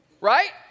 right